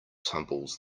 tumbles